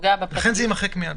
שפוגע בפרטיות.